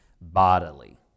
bodily